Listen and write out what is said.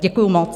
Děkuji moc.